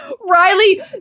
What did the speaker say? Riley